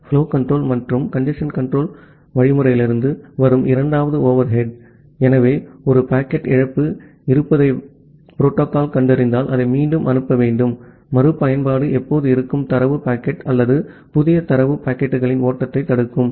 இப்போது அந்த அதிவேக இணைப்பில் அதிவேக இணைப்பைப் பற்றி நீங்கள் நினைத்தால் நீங்கள் நெரிசல் சாளரத்தின் மிகக் குறைந்த மதிப்பிலிருந்து தொடங்கி இயக்க புள்ளியை அடைய மெதுவான தொடக்கத்தைப் பயன்படுத்துகிறீர்கள்